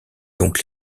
donc